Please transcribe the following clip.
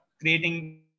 creating